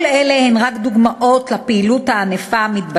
כל אלה הן רק דוגמאות לפעילות הענפה של המשרד